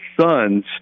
son's